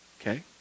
okay